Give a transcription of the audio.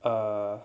err